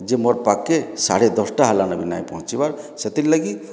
ଯେ ମୋର୍ ପାଖକେ ସାଢେ ଦଶଟା ହେଲାନ ବି ନାଇଁ ପହଞ୍ଚିବାର୍ ସେଥିର୍ ଲାଗି